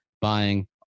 buying